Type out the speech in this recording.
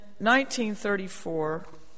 1934